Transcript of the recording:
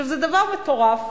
זה דבר מטורף.